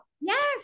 Yes